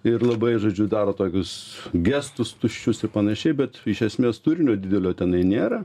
ir labai žodžiu daro tokius gestus tuščius ir panašiai bet iš esmės turinio didelio tenai nėra